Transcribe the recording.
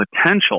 potential